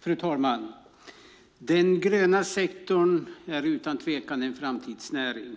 Fru talman! Den gröna sektorn är utan tvekan en framtidsnäring.